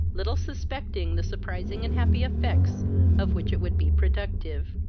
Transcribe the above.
little suspecting the surprising and happy effects of which it would be productive,